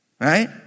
Right